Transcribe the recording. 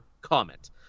comment